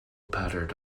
pattered